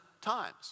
times